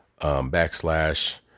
backslash